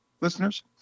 listeners